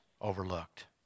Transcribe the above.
overlooked